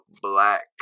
black